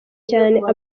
cyane